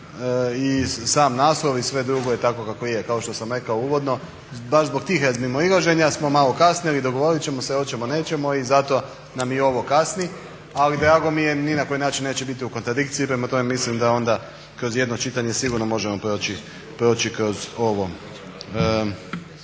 I sam naslov i sve drugo je tako kako je. Kao što sam rekao uvodno baš zbog tih razmimoilaženja smo malo kasnili, dogovorit ćemo se hoćemo, nećemo i zato nam i ovo kasni. Ali drago mi je, ni na koji način neće biti u kontradikciji. Prema tome, mislim da onda kroz jedno čitanje sigurno možemo proći kroz ovo.